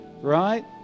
right